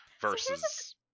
versus